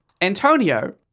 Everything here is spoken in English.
Antonio